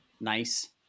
nice